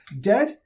Dead